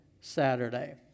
Saturday